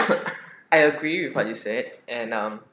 I agree with what you said and um